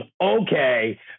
okay